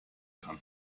kann